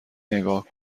نگاه